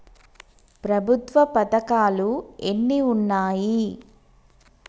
ప్రభుత్వ పథకాలు ఎన్ని ఉన్నాయి?